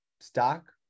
stock